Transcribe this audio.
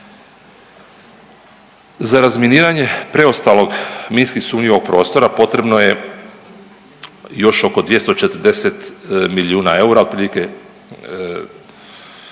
Za razminiranje preostalog minski sumnjivog prostora potrebno je još oko 240 milijuna eura otprilike